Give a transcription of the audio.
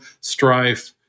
strife